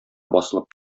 басылып